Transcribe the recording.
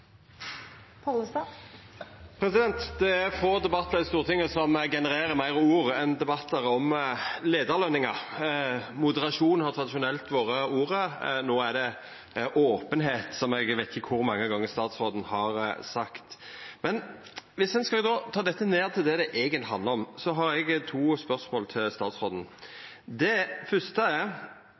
Det er få debattar i Stortinget som genererer meir ord enn debattar om leiarløningar. «Moderasjon» har tradisjonelt vore ordet. No er det «openheit», som eg ikkje veit kor mange gonger statsråden har sagt. Men om ein skal ta dette ned til det det eigentleg handlar om, har eg to spørsmål til statsråden: Er leiarløningane, etter statsråden sitt syn, i selskap der staten er